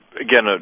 Again